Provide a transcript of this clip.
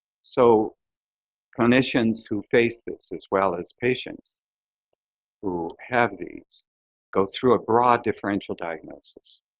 so clinicians who face this as well as patients who have these go through a broad differential diagnosis.